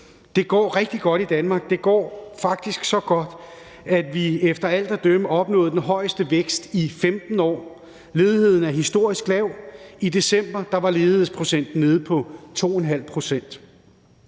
det går rigtig godt i Danmark; det går faktisk så godt, at vi efter alt at dømme har opnået den højeste vækst i 15 år. Ledigheden er historisk lav. I december var ledigheden nede på 2½ pct.